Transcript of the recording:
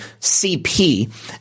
CP